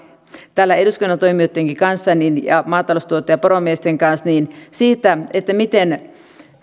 täällä eduskunnan toimijoittenkin kanssa ja maataloustuottajien ja poromiesten kanssa se miten